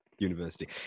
university